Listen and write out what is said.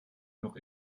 noch